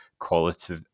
quality